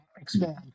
expand